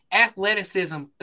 athleticism